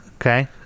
Okay